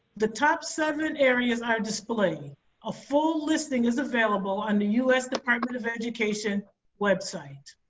the top seven areas are display a full listing is available on the us department of education website.